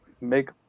make